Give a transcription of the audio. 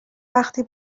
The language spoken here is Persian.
وقتی